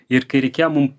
ir kai reikėjo mum